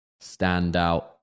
standout